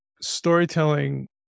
storytelling